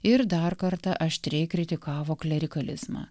ir dar kartą aštriai kritikavo klerikalizmą